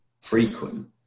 frequent